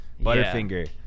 butterfinger